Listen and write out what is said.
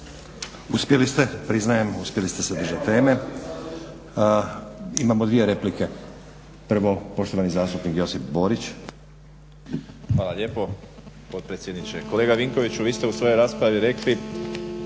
Uspjeli ste, priznajem, uspjeli ste se držat teme. Imamo dvije replike. Prvo poštovani zastupnik Josip Borić. **Borić, Josip (HDZ)** Hvala lijepo potpredsjedniče. Kolega Vinkoviću, vi ste u svojoj raspravi rekli